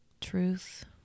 truth